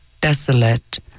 desolate